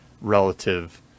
relative